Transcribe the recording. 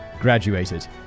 graduated